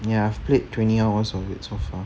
ya I've played twenty hours of it so far